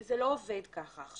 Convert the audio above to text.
זה לא עובד ככה.